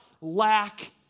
lack